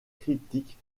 critique